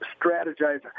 strategize